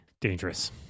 Dangerous